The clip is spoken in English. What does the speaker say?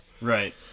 Right